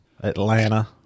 Atlanta